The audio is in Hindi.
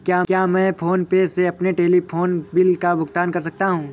क्या मैं फोन पे से अपने टेलीफोन बिल का भुगतान कर सकता हूँ?